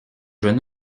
jeune